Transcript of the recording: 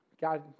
God